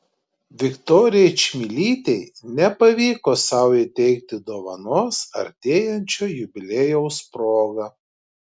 viktorijai čmilytei nepavyko sau įteikti dovanos artėjančio jubiliejaus proga